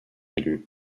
élu